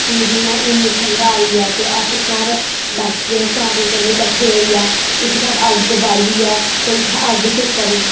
जि'यां हून ठंड आई ऐ अस घर बैठियै सारे जने कट्ठे होइयै इक थाह्र अग्ग बालियै ते उत्थै अग्ग सेकी सकने आं